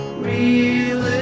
real